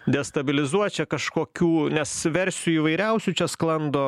destabilizuot čia kažkokių nes versijų įvairiausių čia sklando